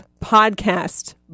podcast